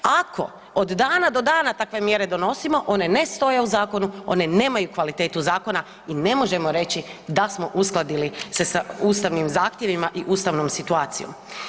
Ako od dana do dana takve mjere donosimo one ne stoje u zakonu, one nemaju kvalitetu zakona i ne možemo reći da smo uskladili se sa ustavnim zahtjevima i ustavnom situacijom.